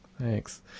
thanks